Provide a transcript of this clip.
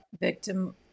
victim